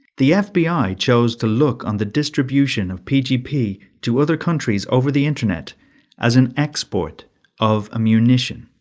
the fbi chose to look on the distribution of pgp to other countries over the internet as an export of a munition.